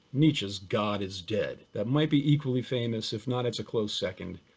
nietzsche's god is dead. that might be equally famous if not, it's a close second.